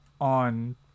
on